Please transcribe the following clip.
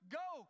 go